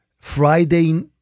Friday